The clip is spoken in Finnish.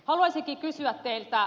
haluaisinkin kysyä teiltä